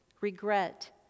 regret